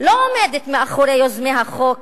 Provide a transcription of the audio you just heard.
לא עומדת מאחורי יוזמי החוק